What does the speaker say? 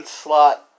slot